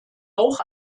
auch